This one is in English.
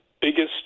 biggest